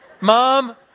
mom